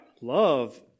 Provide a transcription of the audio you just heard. love